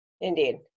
Indeed